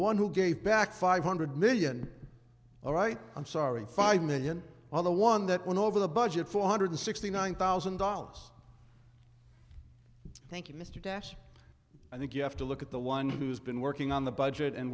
one who gave back five hundred million all right i'm sorry five million on the one that went over the budget four hundred sixty nine thousand dollars thank you mr dash i think you have to look at the one who's been working on the budget and